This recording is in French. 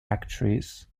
actrice